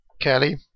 Kelly